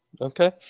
Okay